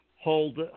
hold